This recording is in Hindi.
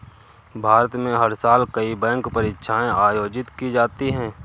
भारत में हर साल कई बैंक परीक्षाएं आयोजित की जाती हैं